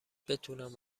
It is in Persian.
بتونم